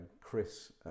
Chris